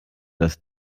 das